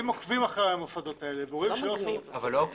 אם עוקבים אחרי המוסדות האלה ורואים שלא עשו בהם --- אבל לא עוקבים.